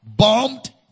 bombed